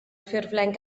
ffurflen